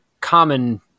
common –